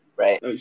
right